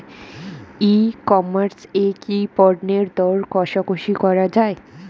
ই commerce এ কি পণ্যের দর কশাকশি করা য়ায়?